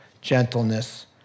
gentleness